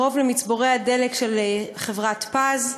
קרוב למצבורי הדלק של חברת "פז",